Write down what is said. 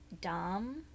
dumb